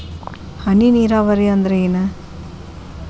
ಹನಿ ನೇರಾವರಿ ಅಂದ್ರ ಏನ್?